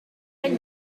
elle